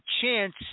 chance